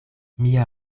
mia